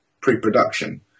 pre-production